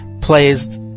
plays